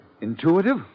Intuitive